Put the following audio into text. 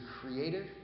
creative